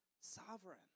sovereign